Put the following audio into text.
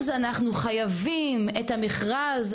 אז אנחנו פתאום חייבים את המכרז,